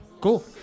cool